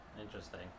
Interesting